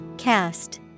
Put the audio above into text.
Cast